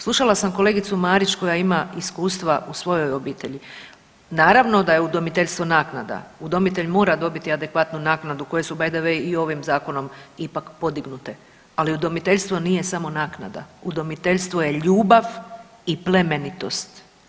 Slušala sam kolegicu Marić koja ima iskustva u svojo obitelji, naravno da je udomiteljstvo naknada, udomitelj mora dobiti adekvatnu naknadu koje su by the way i ovim zakonom ipak podignute, ali udomiteljstvo nije samo naknada, udomiteljstvo je ljubav i plemenitost.